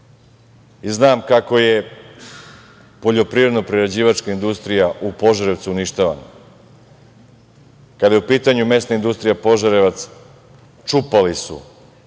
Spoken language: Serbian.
Znam kako je poljoprivredno-prerađivačka industrija u Požarevcu uništavana. Kada je u pitanju Mesna industrija Požarevac, čupali su